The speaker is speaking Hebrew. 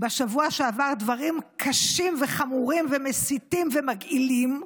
בשבוע שעבר דברים קשים וחמורים ומסיתים ומגעילים,